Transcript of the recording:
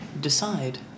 decide